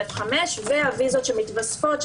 ואת הוויזות שמיתוספות,